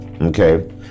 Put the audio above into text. okay